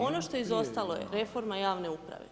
Ono što je izostalo je reforma javne uprave.